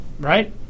Right